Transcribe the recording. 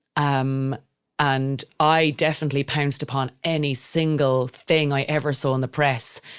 um and i definitely pounced upon any single thing i ever saw in the press.